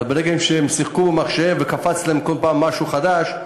אבל ברגע שהם שיחקו במחשב וקפץ להם כל פעם משהו חדש,